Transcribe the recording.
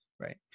Right